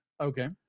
Okay